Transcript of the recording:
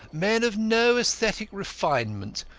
men of no aesthetic refinement,